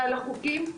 ועל החוקים,